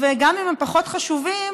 וגם אם הם פחות חשובים,